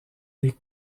des